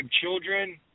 children